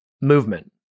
movement